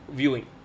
viewing